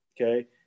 Okay